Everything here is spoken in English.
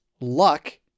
luck